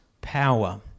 power